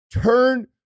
turn